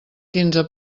quinze